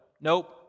nope